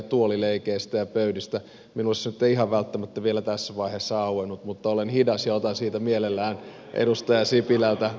minulle se nyt ei ihan välttämättä vielä tässä vaiheessa auennut mutta olen hidas ja otan siitä mielelläni edustaja sipilältä oppitunnin